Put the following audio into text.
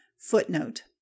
Footnote